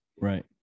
Right